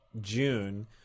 June